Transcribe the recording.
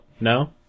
No